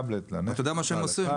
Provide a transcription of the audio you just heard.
אתה יודע מה שהם עשו?